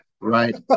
Right